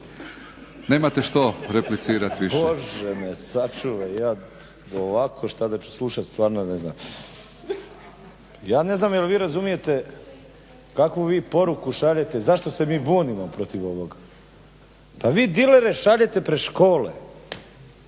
Nemate što replicirati./… **Burić, Dinko (HDSSB)** Bože me sačuvaj, ovo šta da ću slušati stvarno ne znam. Ja ne znam je li vi razumijete kakvu vi poruku šaljete, zašto se mi bunimo protiv ovoga? Pa vi dilere šaljete pred škole,